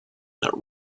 that